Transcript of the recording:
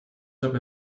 aber